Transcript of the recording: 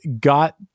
got